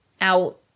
out